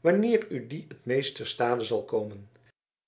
wanneer u die het meest te stade zult komen